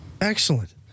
Excellent